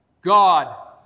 God